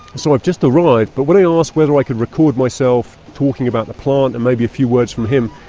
so i've just arrived, but when i ah asked whether i could record myself talking about the plant and maybe a few words from him,